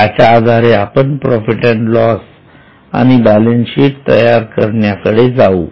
याच्या आधारे आपण प्रॉफिट अँड लॉस आणि बॅलेन्स शीट तयार करण्याकडे जावू